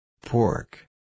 Pork